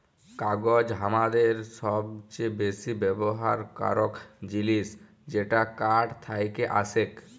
কাগজ হামাদের সবচে বেসি ব্যবহার করাক জিনিস যেটা কাঠ থেক্কে আসেক